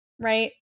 Right